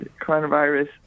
coronavirus